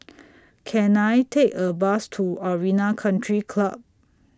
Can I Take A Bus to Arena Country Club